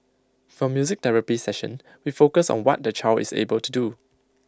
for music therapy session we focus on what the child is able to do